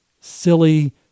silly